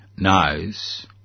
knows